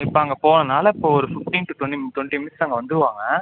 இப்போ அங்கே போனனால் இப்போ ஒரு fifteen to twenty twenty minutes அங்கே வந்துடுவாங்க